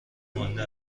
مانده